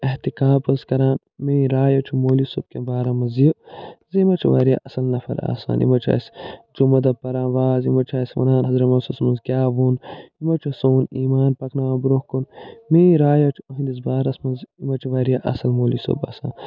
احتقاف حظ کَران میٲنۍ راے حظ چھِ مولی صٲب کٮ۪ن بارن منٛز یہِ زِ یِم حظ چھِ وارِیاہ اَصٕل نفر آسان یِم حظ چھِ اَسہِ جُمعہ دۄہ پران واز یِم حظ چھِ اَسہِ وَنان حضرت محمد صَلَّى اللّٰهُ عَلَيْهِ وَسَلَّم کیٛاہ ووٚن یِم حظ چھُ سون ایمان پکاوان برٛونٛہہ کُن میٲنۍ راے حظ چھِ إہنٛدس بارس منٛز یِم حظ چھِ وارِیاہ اَصٕل مولی صٲب آسان